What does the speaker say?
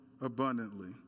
abundantly